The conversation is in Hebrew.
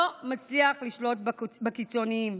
לא מצליח לשלוט בקיצוניים.